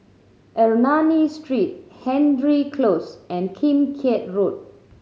Ernani Street Hendry Close and Kim Keat Road